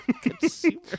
consumer